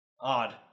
Odd